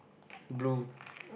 blue